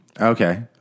Okay